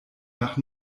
nach